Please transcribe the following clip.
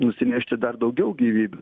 nusinešti dar daugiau gyvybių